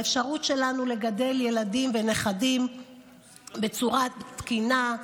באפשרות שלנו לגדל ילדים ונכדים בצורה תקינה,